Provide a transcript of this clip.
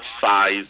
size